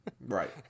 Right